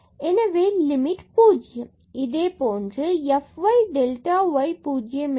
எனவே லிமிட் 0 இதேபோன்று f y delta y 0 எனும் போது f 0 delta y minus f 0 0 delta y கிடைக்கும்